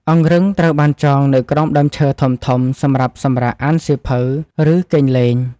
អង្រឹងត្រូវបានចងនៅក្រោមដើមឈើធំៗសម្រាប់សម្រាកអានសៀវភៅ ឬគេងលេង។